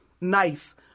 knife